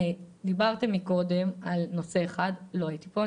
דיברתם מקודם על נושא אחד ולא הייתי פה,